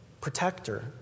protector